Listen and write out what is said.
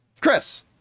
Chris